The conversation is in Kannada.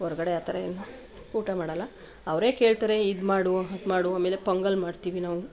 ಹೊರ್ಗಡೆ ಆ ಥರ ಏನು ಊಟ ಮಾಡೋಲ್ಲ ಅವರೇ ಕೇಳ್ತಾರೆ ಇದ್ಮಾಡು ಅದ್ಮಾಡು ಆಮೇಲೆ ಪೊಂಗಲ್ ಮಾಡ್ತೀವಿ ನಾವು